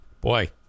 boy